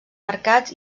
mercats